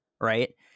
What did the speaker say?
right